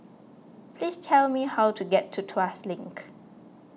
please tell me how to get to Tuas Link